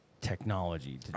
technology